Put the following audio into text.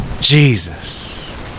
Jesus